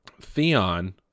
Theon